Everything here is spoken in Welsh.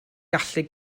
gallu